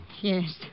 Yes